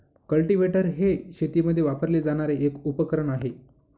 cultivator हे शेतीमध्ये वापरले जाणारे एक उपकरण आहे